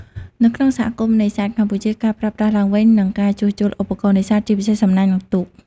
នៅក្នុងសហគមន៍នេសាទកម្ពុជា ការប្រើប្រាស់ឡើងវិញ និងការជួសជុល ឧបករណ៍នេសាទ ជាពិសេស សំណាញ់ និង ទូក។